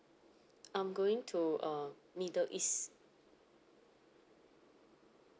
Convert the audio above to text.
I'm going to uh middle east